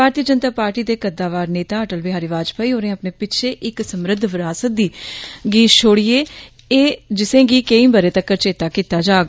भारतीय जनता पार्टी दे कद्दावार नेता अटल बिहारी बाजपाई होरें अपने पिच्छे इक समृद्ध बरासत गी छोड़ेआ ऐ जिसगी केंई ब'रे तक्कर चेता कीता जाग